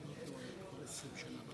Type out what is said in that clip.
(קוראת בשמות חברי